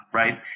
right